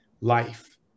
life